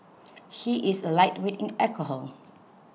he is a lightweight in alcohol